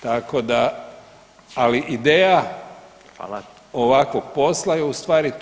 Tako da, ali ideja ovakvog posla je u stvari to.